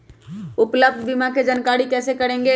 उपलब्ध बीमा के जानकारी कैसे करेगे?